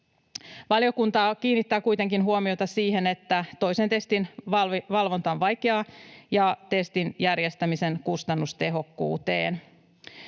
Valiokunta kiinnittää kuitenkin huomiota siihen, että toisen testin valvonta on vaikeaa, ja testin järjestämisen kustannustehokkuuteen.